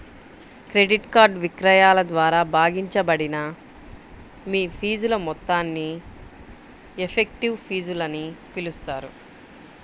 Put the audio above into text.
credit card విక్రయాల ద్వారా భాగించబడిన మీ ఫీజుల మొత్తాన్ని ఎఫెక్టివ్ ఫీజులని పిలుస్తారు